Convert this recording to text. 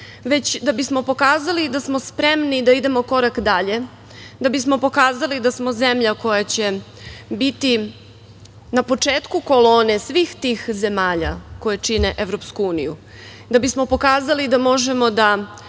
već da bismo pokazali da smo spremni da idemo korak dalje, da bismo pokazali da smo zemlja koja će biti na početku kolone svih tih zemalja koje čine EU, da bismo pokazali da možemo da